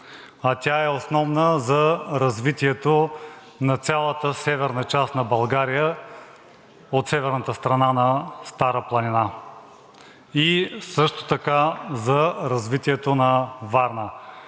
а тя е основна за развитието на цялата северна част на България от северната страна на Стара планина и също така за развитието на Варна.